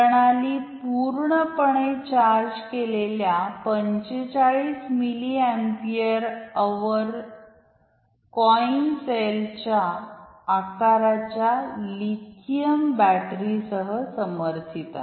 प्रणाली पूर्णपणे चार्ज केलेल्या 45 मिली अँपिअर अवर कोइन सेलच्या आकाराच्या लिथियम बॅटरी सह समर्थित आहे